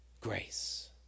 grace